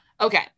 okay